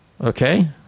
Okay